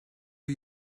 are